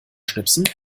schnipsen